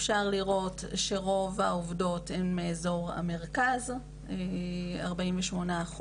אפשר לראות שרוב העובדות הן מאזור המרכז, כ-48%.